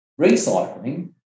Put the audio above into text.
recycling